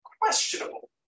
questionable